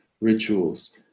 rituals